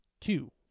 two